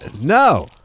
No